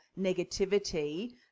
negativity